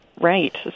Right